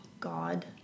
God